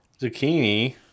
zucchini